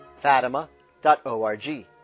Fatima.org